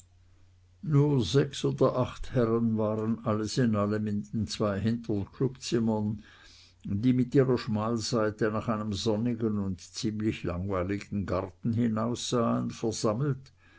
nur sechs oder acht herren waren alles in allem in den zwei hintern clubzimmern die mit ihrer schmalseite nach einem sonnigen und ziemlich langweiligen garten hinaussahen versammelt